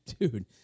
dude